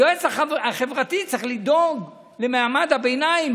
היועץ החברתי צריך לדאוג למעמד הביניים,